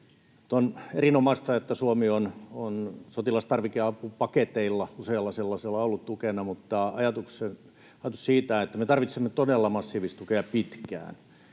On erinomaista, että Suomi on sotilastarvikeapupaketeilla, useilla sellaisilla, ollut tukena, mutta todella massiivista tukea tarvitaan